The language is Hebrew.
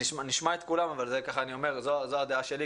נשמע את כולם אבל זו הדעה שלי.